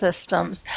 systems